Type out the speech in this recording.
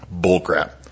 Bullcrap